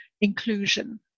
inclusion